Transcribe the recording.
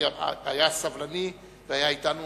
שהיה סבלני והיה אתנו